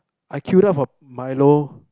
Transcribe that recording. I queued up for milo